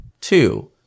Two